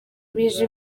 bije